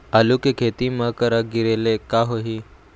आलू के खेती म करा गिरेले का होही?